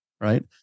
Right